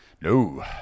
No